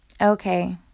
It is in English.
Okay